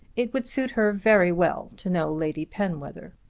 it would suit her very well to know lady penwether.